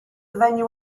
venue